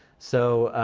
so,